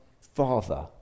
Father